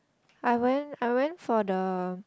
I went I went for the